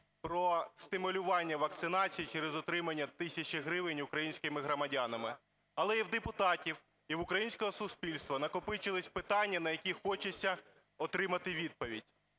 про стимулювання вакцинацій через отримання тисячі гривень українськими громадянами. Але і в депутатів, і в українського суспільства накопичились питання, на які хочеться отримати відповідь.